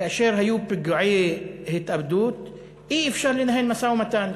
כאשר היו פיגועי התאבדות: אי-אפשר לנהל משא-ומתן.